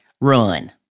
run